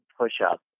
push-up